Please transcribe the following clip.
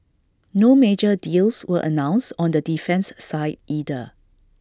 no major deals were announced on the defence side either